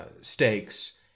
Stakes